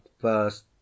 first